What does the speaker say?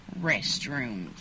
restrooms